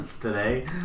today